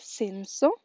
senso